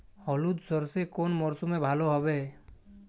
হলুদ সর্ষে কোন মরশুমে ভালো হবে?